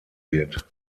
wird